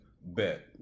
Bet